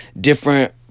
different